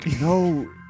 No